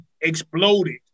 exploded